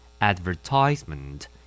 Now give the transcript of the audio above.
Advertisement